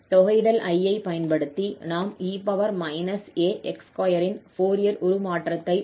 தொகையிடல் I ஐ பயன்படுத்தி நாம் e ax2 இன் ஃபோரியர் உருமாற்றத்தைப் பெறலாம்